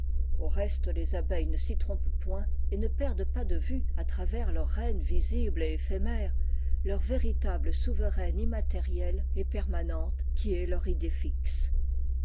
au reste les abeilles ne s'y trompent point et ne perdent pas de vue à travers leur reine visible et éphémère leur véritable souveraine immatérielle et permanente qui est leur idée fixe